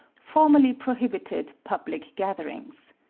formerly prohibited public gatherings.